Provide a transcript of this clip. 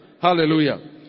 Hallelujah